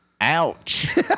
Ouch